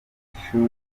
cy’ishuri